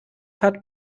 hat